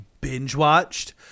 binge-watched